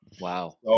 Wow